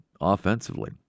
offensively